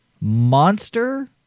Monster